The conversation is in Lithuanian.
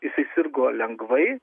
jisai sirgo lengvai